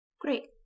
Great